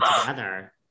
together